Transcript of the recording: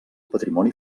patrimoni